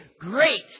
great